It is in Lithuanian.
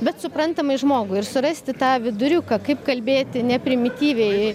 bet suprantamai žmogui ir surasti tą viduriuką kaip kalbėti ne primityviai